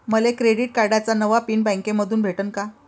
मले क्रेडिट कार्डाचा नवा पिन बँकेमंधून भेटन का?